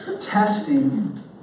testing